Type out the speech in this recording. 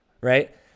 right